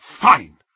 Fine